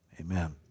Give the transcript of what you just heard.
Amen